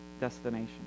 destination